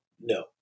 No